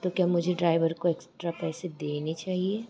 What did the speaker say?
तो क्या मुझे ड्राइवर को एक्स्ट्रा पैसे देने चाहिए